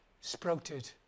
sprouted